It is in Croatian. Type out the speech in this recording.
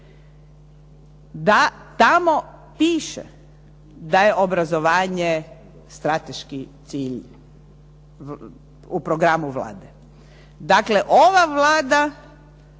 da tamo piše da je obrazovanje strateški cilj u programu Vlade. Dakle, ova Vlada